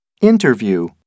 Interview